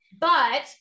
but-